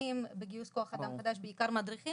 מדריכים בגיוס כוח אדם חדש, בעיקר מדריכים.